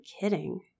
kidding